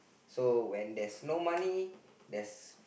so when there's no money there's